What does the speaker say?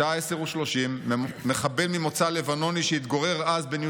בשעה 10:30 מחבל ממוצא לבנוני שהתגורר אז בניו